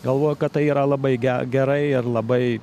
galvoju kad tai yra labai ge gerai ir labai